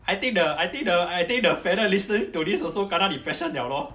I think the I think the I think the fellow listening to this also kena depression liao lor